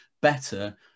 better